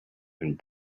and